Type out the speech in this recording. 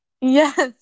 Yes